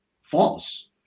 false